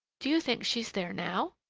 do you think she's there now?